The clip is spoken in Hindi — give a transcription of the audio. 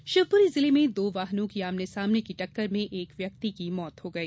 हादसा शिवपुरी जिले में दो वाहनों की आमने सामने की टक्कर में एक व्यक्ति की मौत हो गई